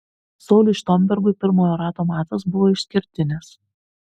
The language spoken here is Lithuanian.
sauliui štombergui pirmojo rato mačas buvo išskirtinis